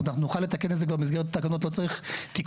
זאת אומרת,